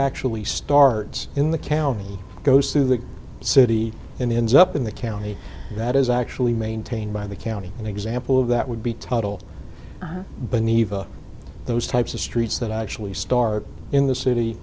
actually starts in the county goes through the city and ends up in the county that is actually maintained by the county an example of that would be total but neiva those types of streets that actually start in the city